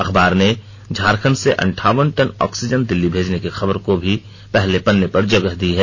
अखबार ने झारखंड से अंठावन टन ऑक्सीजन दिल्ली भेजने की खबर को भी पहले पन्ने पर जगह दी है